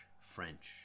French